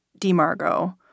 DeMargo